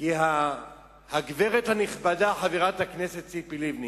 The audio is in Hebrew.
כי הגברת הנכבדה חברת הכנסת ציפי לבני